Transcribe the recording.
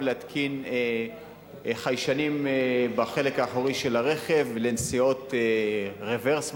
להתקין חיישנים בחלק האחורי של הרכב לנסיעות רוורס,